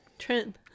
Trent